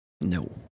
No